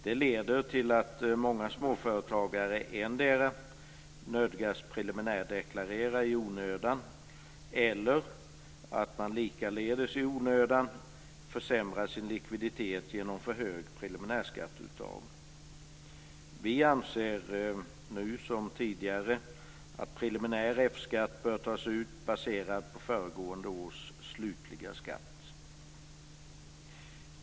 Det leder till att många småföretagare endera nödgas preliminärdeklarera i onödan eller att man likaledes i onödan försämrar sin likviditet genom för högt preliminärskatteuttag. Vi anser nu som tidigare att preliminär F-skatt bör tas ut baserad på föregående års slutliga skatt.